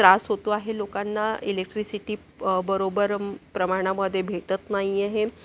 त्रास होतो आहे लोकांना इलेक्ट्रिसिटी बरोबर मं प्रमाणामधे भेटत नाही आहे